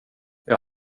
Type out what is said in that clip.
jag